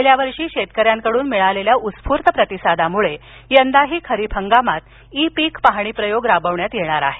गेल्या वर्षी शेतकऱ्यांकडून मिळालेल्या उत्स्फूर्त प्रतिसादामुळे यंदाही खरीप हंगामात ई पीक पाहणी प्रयोग राबवण्यात येणार आहे